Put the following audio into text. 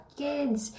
kids